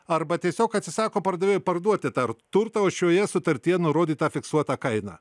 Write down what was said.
arba tiesiog atsisako pardavėjui parduoti tą turtą už šioje sutartyje nurodytą fiksuotą kainą